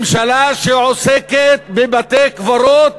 ממשלה שעוסקת בבתי-קברות